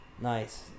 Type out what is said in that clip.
Nice